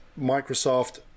Microsoft